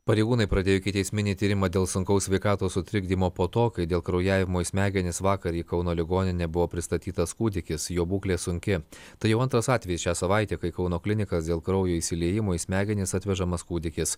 pareigūnai pradėjo ikiteisminį tyrimą dėl sunkaus sveikatos sutrikdymo po to kai dėl kraujavimo į smegenis vakar į kauno ligoninę buvo pristatytas kūdikis jo būklė sunki tai jau antras atvejis šią savaitę kai kauno klinikas dėl kraujo išsiliejimo į smegenis atvežamas kūdikis